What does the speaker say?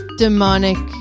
demonic